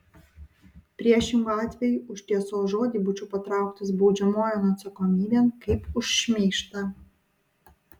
priešingu atveju už tiesos žodį būčiau patrauktas baudžiamojon atsakomybėn kaip už šmeižtą